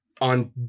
on